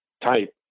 type